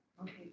Okay